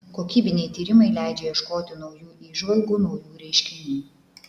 kokybiniai tyrimai leidžia ieškoti naujų įžvalgų naujų reiškinių